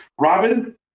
Robin